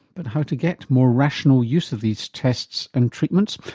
but how to get more rational use of these tests and treatments?